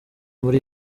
muri